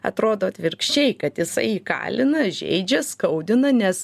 atrodo atvirkščiai kad jisai įkalina žeidžia skaudina nes